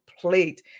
plate